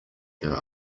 her